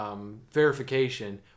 verification